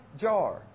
jar